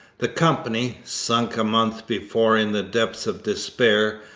the company, sunk a month before in the depths of despair,